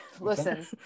listen